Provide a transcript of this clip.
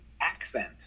accent